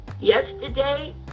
Yesterday